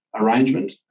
arrangement